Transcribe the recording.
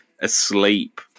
asleep